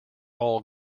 all